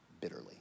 bitterly